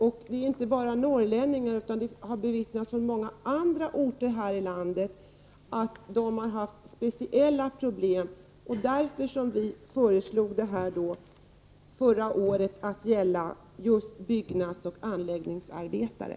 Detta gäller inte bara norrlänningar utan det har omvittnats från många andra orter här i landet att byggnadsarbetare har haft speciella problem. Det var därför som vi förra året föreslog att avdragsmöjligheten skulle gälla för byggnadsoch anläggningsarbetare.